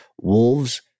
Wolves